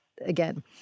again